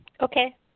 Okay